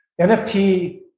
NFT